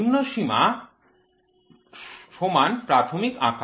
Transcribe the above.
নিম্নসীমা সমান প্রাথমিক আকার